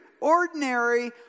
ordinary